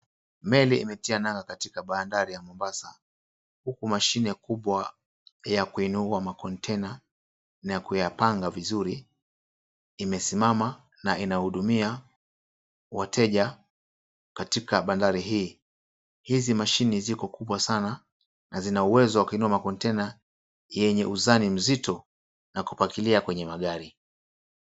Meli imetia nanga katika bandari ya Mombasa, huku mashine kubwa ya kuinua makontena na kuyapanga vizuri, imesimama na inahudumia wateja katika bandari hii. Hizi mashine ziko kubwa sana na zina uwezo wa kuinua makontena yenye uzani mzito na kupakilia kwenye magari.